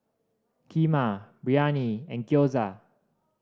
Kheema Biryani and Gyoza